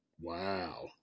Wow